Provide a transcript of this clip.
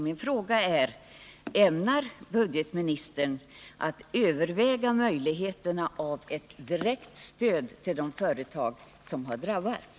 Min fråga är: Ämnar budgetministern överväga möjligheterna att lämna ett direkt stöd till de företag som har drabbats?